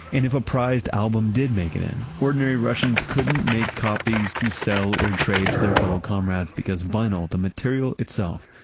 and if a prized album did make it in, ordinary russians couldn't make copies to sell or trade to their fellow comrades because vinyl, the material itself,